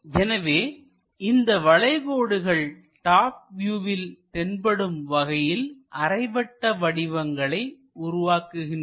எனவே இந்த வளைகோடுகள் டாப் வியூவில் தென்படும் வகையில் அரைவட்ட வடிவங்களை உருவாக்குகின்றன